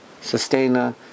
sustainer